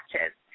matches